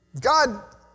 God